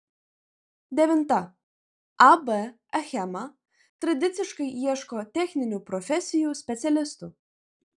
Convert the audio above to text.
devinta ab achema tradiciškai ieško techninių profesijų specialistų